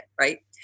right